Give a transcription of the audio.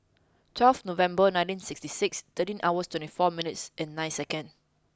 twelfth November nineteen sixty nine thirteen hours twenty four minutes and nine second